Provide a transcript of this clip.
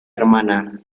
hermana